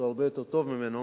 שהוא הרבה יותר טוב ממני,